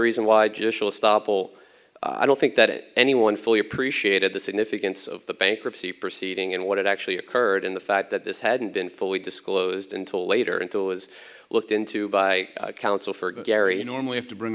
all i don't think that it anyone fully appreciated the significance of the bankruptcy proceeding and what actually occurred in the fact that this hadn't been fully disclosed until later until is looked into by counsel for gary you normally have to bring